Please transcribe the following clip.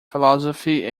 philosophy